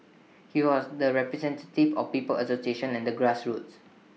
he was the representative of people's association and the grassroots